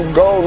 go